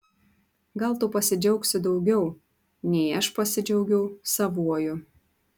gal tu pasidžiaugsi daugiau nei aš pasidžiaugiau savuoju